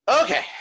okay